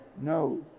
no